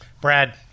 Brad